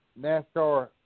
NASCAR